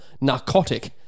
Narcotic